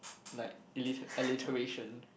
like illit~ alliteration